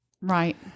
Right